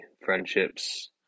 friendships